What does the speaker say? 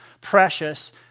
precious